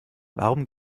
warum